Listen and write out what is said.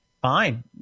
fine